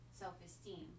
self-esteem